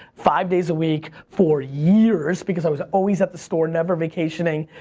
five days a week for years because i was always at the store, never vacationing,